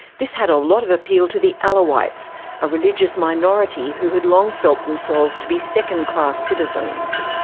this had a lot of appeal to the alawites, a religious minority who had long felt themselves to be second-class citizens.